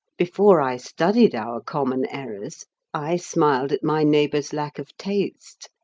before i studied our common errors i smiled at my neighbor's lack of taste,